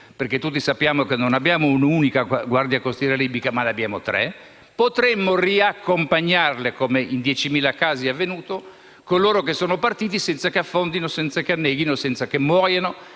perché tutti sappiamo che non abbiamo un'unica guardia costiera libica, bensì tre), potremmo riaccompagnare, come in diecimila casi è avvenuto, coloro che sono partiti, senza che affondino, senza che anneghino, senza che muoiano